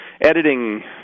editing